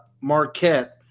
Marquette